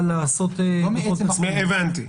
הבנתי.